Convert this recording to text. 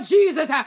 Jesus